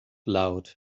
loud